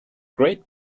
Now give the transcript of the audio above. greater